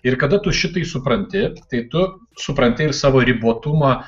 ir kada tu šitai supranti tai tu supranti ir savo ribotumą